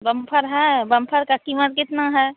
बमफर है बमफर की कीमत कितनी है